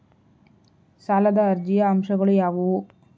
ಸಾಲದ ಅರ್ಜಿಯ ಅಂಶಗಳು ಯಾವುವು?